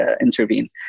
intervene